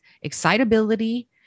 excitability